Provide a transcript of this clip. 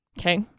Okay